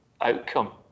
outcome